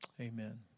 amen